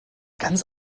ganz